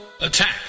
Attack